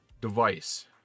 device